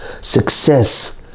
success